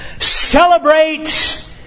celebrate